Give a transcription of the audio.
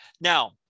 Now